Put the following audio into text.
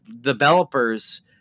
developers